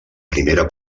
primera